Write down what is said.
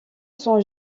sont